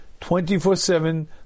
24-7